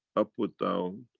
i put down.